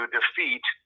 defeat